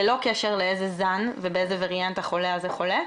ללא קשר לאיזה זן ובאיזה ווריאנט החולה הזה חולה,